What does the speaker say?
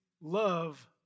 love